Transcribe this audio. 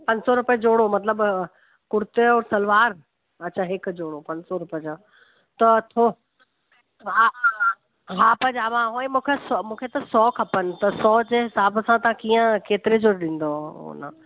पंज सौ रुपे जोड़ो मतिलबु कुर्ते ऐं सलवारु अच्छा हिकु जोड़ो पंज सौ रुपए जा त थो हा हा हा हा पजामा हुअंई मूंखे सौ मूंखे त सौ खपनि त सौ जे हिसाब सां तव्हां कीअं केतिरे जो ॾींदो उहो न